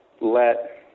let